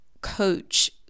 coach